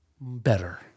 better